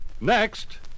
Next